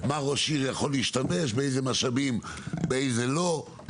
באיזה משאבים ראש עיר יכול להשתמש ובאיזה לא.